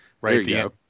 right